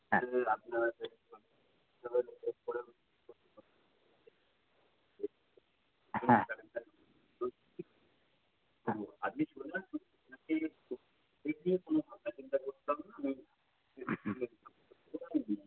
হ্যাঁ